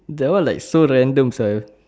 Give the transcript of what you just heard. that one like so random sia